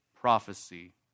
prophecy